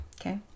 Okay